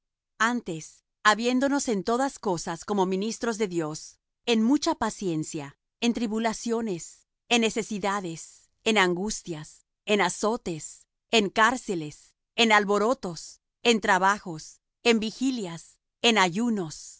antes habiéndonos en todas cosas como ministros de dios en mucha paciencia en tribulaciones en necesidades en angustias en azotes en cárceles en alborotos en trabajos en vigilias en ayunos